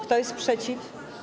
Kto jest przeciw?